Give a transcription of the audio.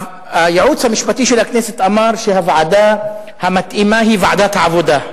הייעוץ המשפטי של הכנסת אמר שהוועדה המתאימה היא ועדת העבודה.